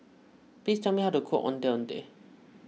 please tell me how to cook Ondeh Ondeh